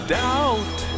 doubt